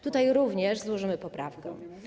Tutaj również złożymy poprawkę.